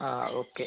അ okay